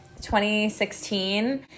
2016